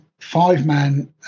five-man